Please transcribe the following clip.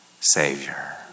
Savior